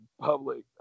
public